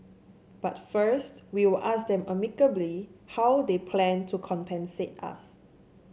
but first we will ask them amicably how they plan to compensate us